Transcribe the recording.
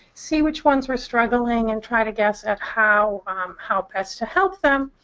see which ones were struggling, and try to guess at how um how best to help them.